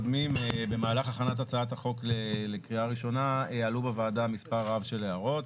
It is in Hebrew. במהלך הכנת הצעת החוק לקריאה ראשונה עלו בוועדה מספר רב של הערות,